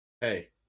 Hey